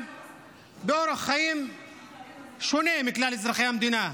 באורח חיים שונה מכלל אזרחי המדינה,